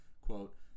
Quote